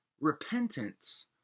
repentance